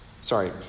sorry